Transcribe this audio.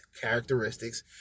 characteristics